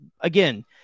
again